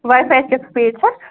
واے فایس کیٛاہ سُپیٖڈ چھَکھ